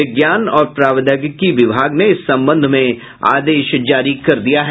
विज्ञान और प्रावैद्यिकी विभाग ने इस संबंध में आदेश जारी कर दिया है